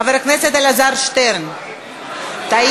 חבר הכנסת אלעזר שטרן, טעיתי.